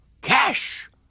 cash